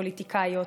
פוליטיקאיות,